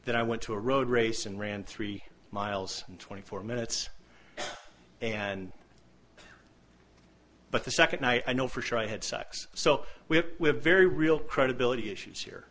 that i went to a road race and ran three miles in twenty four minutes and but the second i know for sure i had sex so we have we have very real credibility issues here